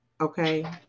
okay